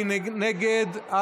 מי נגד?